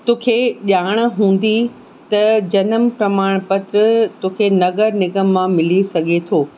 तोखे ॼाण हूंदी त जनम प्रमाणपत्र तोखे नगर निगम मां मिली सघे थो